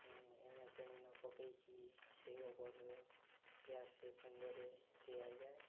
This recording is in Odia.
ଏଣେ ତେଣେ ନ ପକାଇକି ସେ ଗୋବର ଗ୍ୟାସ୍ ସେ କୁଣ୍ଡରେ ଦିଆଯାଏ